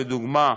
לדוגמה,